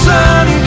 Sun